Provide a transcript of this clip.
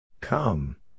Come